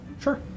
Sure